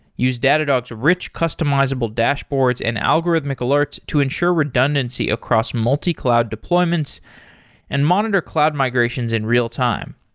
use datadog's reach customizable dashboards and algorithmic alerts to ensure redundancy across multi-cloud deployments and monitor cloud migrations in real-time.